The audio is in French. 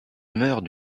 meurt